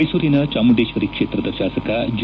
ಮೈಸೂರಿನ ಚಾಮುಂಡೇಶ್ವರಿ ಕ್ಷೇತ್ರದ ಶಾಸಕ ಜಿ